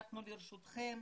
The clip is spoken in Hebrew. אנחנו לרשותכם.